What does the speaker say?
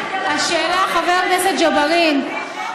חבר הכנסת ג'בארין,